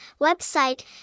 Website